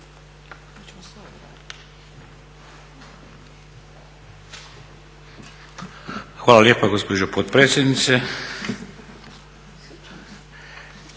Hvala lijepa gospođo potpredsjednice.